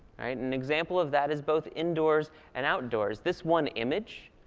an example of that is both indoors and outdoors. this one image,